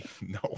No